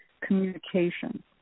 communication